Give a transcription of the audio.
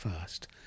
first